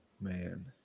Man